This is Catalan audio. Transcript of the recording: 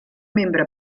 membre